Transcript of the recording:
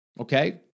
okay